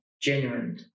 genuine